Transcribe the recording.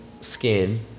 skin